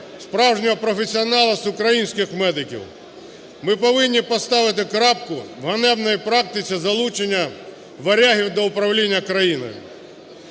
справжнього професіонала з українських медиків. Ми повинні поставити крапку в ганебній практиці залучення варягів до управління країною.